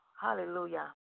Hallelujah